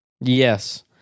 Yes